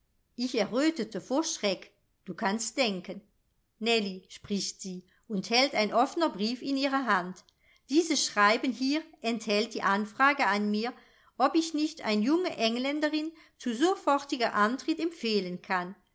ich errötete vor schreck du kannst denken nellie spricht sie und hält ein offner brief in ihr hand dieses schreiben hier enthält die anfrage an mir ob ich nicht ein junge engländerin zu sofortiger antritt empfehlen kann